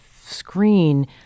screen